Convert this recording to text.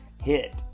hit